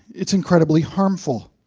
it's incredibly harmful.